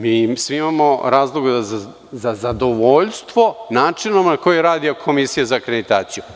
Mi svi imamo razloga za zadovoljstvo načinom na koji radi Komisija za akreditaciju.